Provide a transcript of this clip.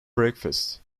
breakfast